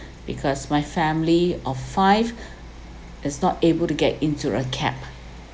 because my family of five is not able to get into a cab